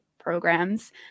programs